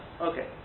Okay